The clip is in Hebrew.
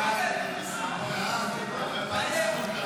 נתקבל.